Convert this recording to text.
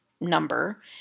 number